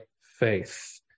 faith